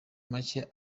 make